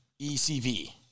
ECV